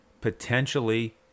potentially